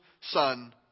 son